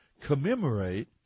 commemorate